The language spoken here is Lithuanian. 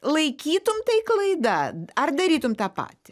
laikytum tai klaida ar darytum tą patį